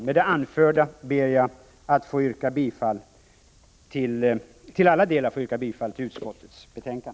Med det anförda ber jag att få yrka bifall till utskottets hemställan i alla delar.